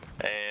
and-